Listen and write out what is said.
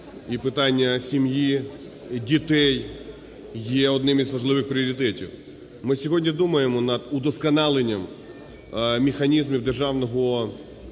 і питання сім'ї, дітей є одним із важливих пріоритетів. Ми сьогодні думаємо над удосконаленням механізмів державного